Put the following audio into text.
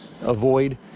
avoid